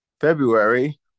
February